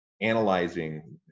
analyzing